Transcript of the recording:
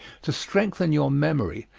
to strengthen your memory,